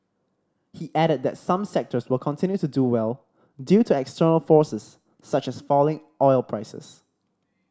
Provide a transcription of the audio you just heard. he added that some sectors will continue to do well due to external forces such as falling oil prices